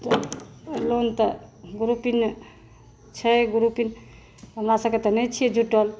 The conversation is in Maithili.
लोन तऽ ग्रूपिंग छै ग्रूपिंग हमरासभके तऽ नहि छियै जुटल